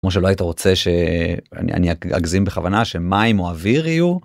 כמו שלא היית רוצה שאני אגזים בכוונה שמים או אוויר יהיו.